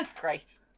Great